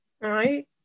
right